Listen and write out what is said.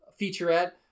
featurette